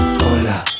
hola